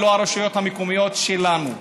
ולא הרשויות המקומיות שלנו.